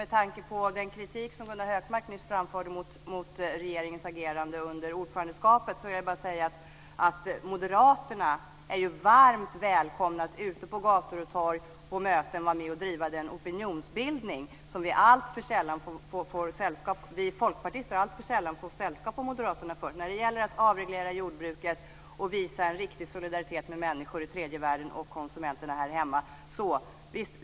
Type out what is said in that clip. Med tanke på den kritik som Gunnar Hökmark nyss framförde mot regeringens agerande under ordförandeskapet vill jag bara säga att moderaterna är varmt välkomna till möten på gator och torg och vara med och driva opinionsbildning, där vi folkpartister alltför sällan får sällskap av moderaterna, för att avreglera jordbruket och visa en riktig solidaritet med människor i tredje världen och med konsumenterna här hemma.